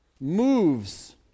moves